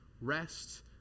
rest